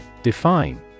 Define